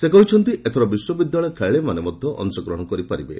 ସେ କହିଛନ୍ତି ଏଥର ବିଶ୍ୱବିଦ୍ୟାଳୟ ଖେଳାଳୀମାନେ ମଧ୍ୟ ଅଂଶଗ୍ରହଣ କରିପାରିବେ